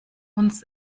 uns